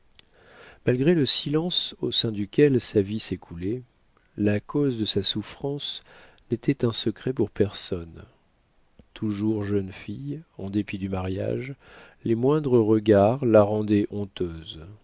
malgré le silence au sein duquel sa vie s'écoulait la cause de sa souffrance n'était un secret pour personne toujours jeune fille en dépit du mariage les moindres regards la rendaient honteuse